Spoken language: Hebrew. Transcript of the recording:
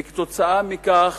וכתוצאה מכך